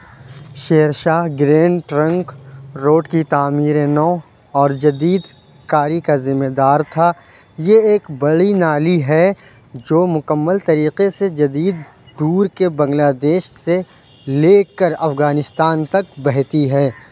شیر Shah Grand Trunk Road کی تعمیرِ نو اور جدید کاری کا ذمہ دار تھا یہ ایک بڑی نالی ہے جو مکمل طریقے سے جدید دور کے بنگلہ دیش سے لے کر افغانستان تک بہتی ہے